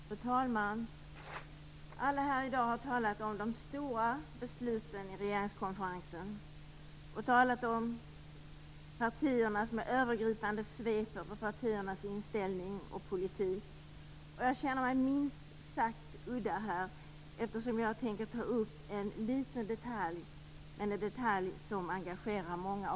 Fru talman! Alla här har i dag talat om de stora besluten vid regeringskonferensen. De har talat övergripande om partiernas inställning och politik. Jag känner mig minst sagt udda, eftersom jag tänker ta upp en liten detalj, men en detalj som engagerar många.